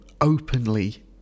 openly